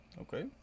Okay